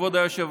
כבוד היושב-ראש.